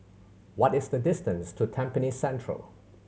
what is the distance to Tampines Central